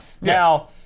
Now